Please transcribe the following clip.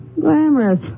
glamorous